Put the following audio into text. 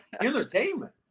entertainment